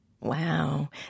Wow